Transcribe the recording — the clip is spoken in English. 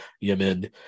Yemen